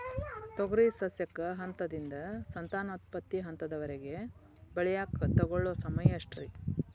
ತೊಗರಿ ಸಸ್ಯಕ ಹಂತದಿಂದ, ಸಂತಾನೋತ್ಪತ್ತಿ ಹಂತದವರೆಗ ಬೆಳೆಯಾಕ ತಗೊಳ್ಳೋ ಸಮಯ ಎಷ್ಟರೇ?